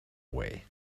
away